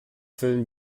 füllen